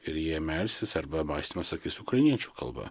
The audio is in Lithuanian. ir jie melsis arba mąstymą sakys ukrainiečių kalba